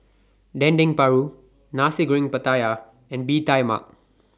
Dendeng Paru Nasi Goreng Pattaya and Bee Tai Mak